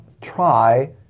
try